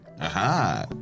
Aha